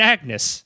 Agnes